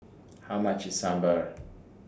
How much IS Sambar